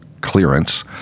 clearance